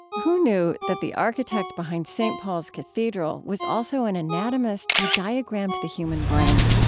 who knew that the architect behind st. paul's cathedral was also an anatomist who diagrammed the human brain?